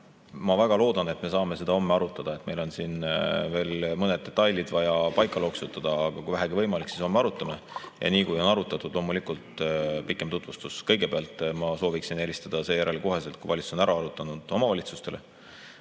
ma väga loodan, et me saame seda homme arutada. Meil on siin veel mõned detailid vaja paika loksutada, aga kui vähegi võimalik, siis homme arutame ja nii kui on arutatud, loomulikult pikem tutvustus. Kõigepealt ma sooviksin helistada seejärel kohe, kui valitsus on ära arutanud, omavalitsustele